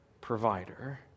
provider